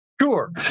Sure